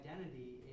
identity